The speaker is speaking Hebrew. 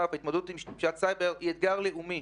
התמודדות עם פשיעת הסייבר המתוחכמת טכנולוגית היא אתגר לאומי